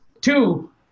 Two